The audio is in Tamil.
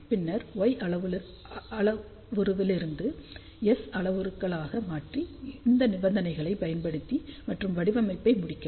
பின்னர் Y அளவுருவிலிருந்து S அளவுருக்களாக மாற்றி இந்த நிபந்தனைகளை பயன்படுத்தி மற்றும் வடிவமைப்பை முடிக்கவும்